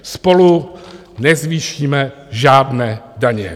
Spolu nezvýšíme žádné daně.